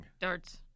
Darts